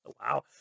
wow